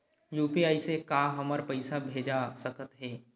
UPI से का हमर पईसा भेजा सकत हे?